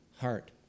heart